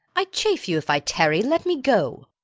i chafe you, if i tarry let me go.